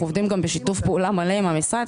אנחנו גם עובדים בשיתוף פעולה מלא עם המשרד.